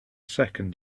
second